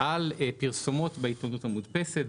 על פרסומות בעיתונות המודפסת,